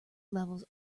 levels